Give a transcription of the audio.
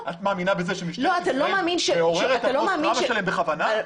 את מאמינה בזה שמשטרת ישראל מעוררת את הפוסט טראומה בכוונה?